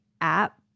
app